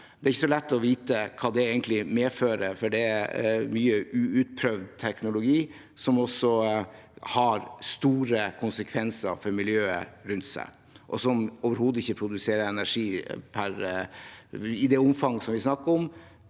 Det er ikke så lett å vite hva det egentlig medfører, for det er mye uprøvd teknologi som også har store konsekvenser for miljøet rundt, og som overhodet ikke produserer energi i det omfanget vi snakker om